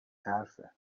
حرفه